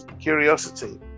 curiosity